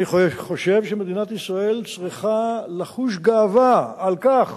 אני חושב שמדינת ישראל צריכה לחוש גאווה על כך